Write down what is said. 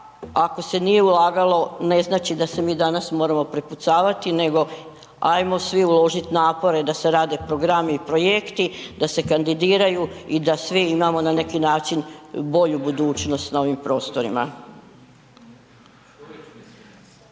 ako se nije ulagalo, ne znači da se mi danas moramo prepucavati nego hajmo svi uložiti napore da se rade programi i projekti, da se kandidiraju i da svi imamo na neki način bolju budućnost na ovim prostorima. **Reiner, Željko